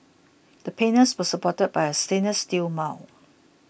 the panels were supported by a stainless steel mount